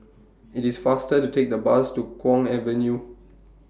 IT IS faster to Take The Bus to Kwong Avenue